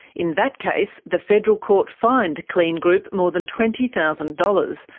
in that case, the federal court fined kleen group more than twenty thousand dollars,